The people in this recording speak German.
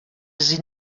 sie